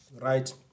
Right